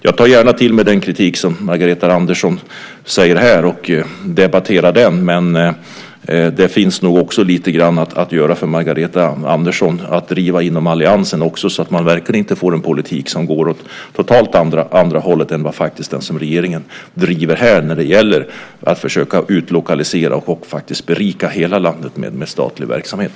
Jag tar gärna till mig den kritik som Margareta Andersson tar upp här, och debatterar den. Men det finns nog också lite grann att göra för Margareta Andersson, lite att driva inom alliansen så att man inte får en politik som går åt totalt andra hållet jämfört med vad regeringen faktiskt driver här när det gäller att försöka utlokalisera och berika hela landet med statlig verksamhet.